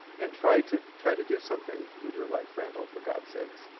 and try to try to do something with your life, randall, for god's sake.